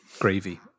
gravy